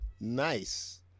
Nice